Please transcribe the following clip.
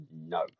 No